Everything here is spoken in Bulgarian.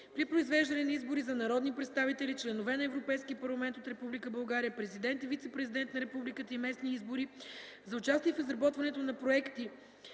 при произвеждане на избори за народни представители, членове на Европейски парламент от Република България, президент и вицепрезидент на Републиката и местни избори, за участие в изработването на проекти